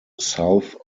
south